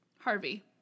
Harvey